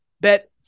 bet